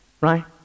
right